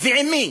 ועם מי?